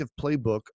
playbook